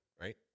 right